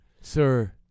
Sir